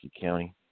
County